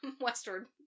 westward